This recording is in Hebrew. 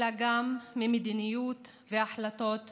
אלא גם ממדיניות והחלטות פוליטיות.